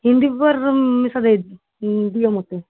Hindi paper ମିଶା ଦେଇ ଦିଅ ମୋତେ